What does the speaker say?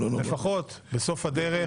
ולפחות בסוף הדרך,